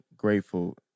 Grateful